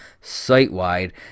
site-wide